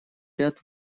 ряд